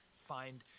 find